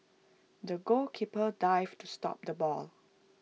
the goalkeeper dived to stop the ball